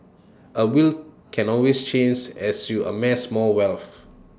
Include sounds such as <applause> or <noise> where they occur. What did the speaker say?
<noise> A will can always change as you amass more wealth